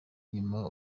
inyuma